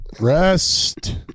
Rest